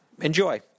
enjoy